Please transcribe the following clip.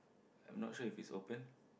I'm not sure if it is open